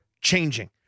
changing